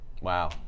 Wow